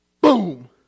Boom